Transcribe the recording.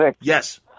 Yes